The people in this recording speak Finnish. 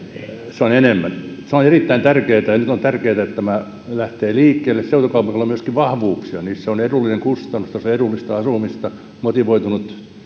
se on enemmän se on erittäin tärkeätä ja nyt on tärkeätä että tämä lähtee liikkeelle seutukaupungeilla voi olla myöskin vahvuuksia niissä on edullinen kustannustaso ja edullista asumista motivoitunut